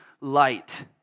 light